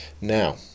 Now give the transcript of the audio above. Now